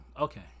Okay